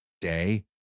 day